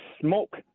smoke